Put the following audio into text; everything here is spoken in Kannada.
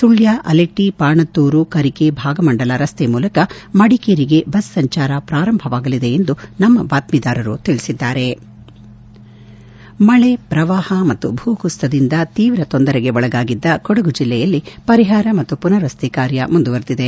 ಸುಳ್ಯ ಅಲೆಟ್ಟ ಪಾಣತ್ತೂರು ಕರಿಕೆ ಭಾಗಮಂಡಲ ರಸ್ತೆ ಮೂಲಕ ಮಡಿಕೇರಿಗೆ ಬಸ್ ಸಂಚಾರ ಪ್ರಾರಂಭವಾಗಲಿದೆ ಎಂದು ನಮ್ನ ಬಾತ್ನೀದಾರರು ತಿಳಿಸಿದ್ದಾರೆ ಮಳೆ ಪ್ರವಾಹ ಮತ್ತು ಭೂಕುಸಿತದಿಂದ ತೀವ್ರ ತೊಂದರೆಗೆ ಒಳಗಾಗಿದ್ದ ಕೊಡಗು ಜಿಲ್ಲೆಯಲ್ಲಿ ಪರಿಹಾರ ಮತ್ತು ಪುನರ್ವಸತಿ ಕಾರ್ಯ ಮುಂದುವರಿದಿದೆ